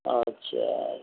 আচ্ছা